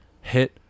hit